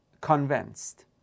convinced